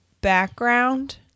background